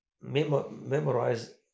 memorize